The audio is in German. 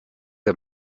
der